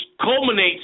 culminates